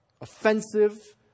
offensive